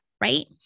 right